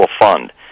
fund